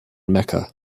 mecca